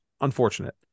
unfortunate